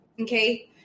Okay